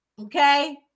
Okay